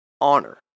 honor